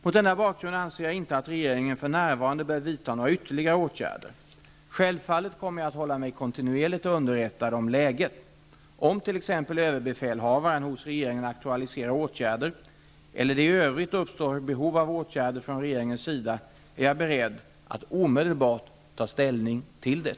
Mot denna bakgrund anser jag inte att regeringen för närvarande bör vidta några ytterligare åtgärder. Självfallet kommer jag att hålla mig kontinuerligt underrättad om läget. Om t.ex. överbefälhavaren hos regeringen aktualiserar åtgärder eller det i övrigt uppstår behov av åtgärder från regeringens sida är jag beredd att omedelbart ta ställning till det.